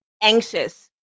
anxious